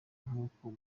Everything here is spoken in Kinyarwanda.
nk’uko